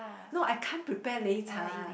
no I can't prepare 擂茶